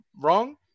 wrong